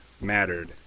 Mattered